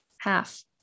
half